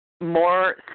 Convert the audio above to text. more